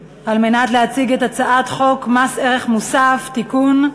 להציג את הצעת חוק מס ערך מוסף (תיקון,